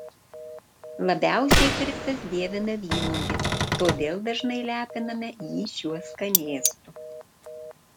labiausiai chrisas dievina vynuoges todėl dažnai lepiname jį šiuo skanėstu